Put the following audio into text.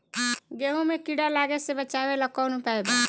गेहूँ मे कीड़ा लागे से बचावेला कौन उपाय बा?